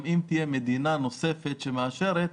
אם תהיה מדינה נוספת שמאשרת,